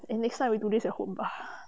eh next time we do this at home bah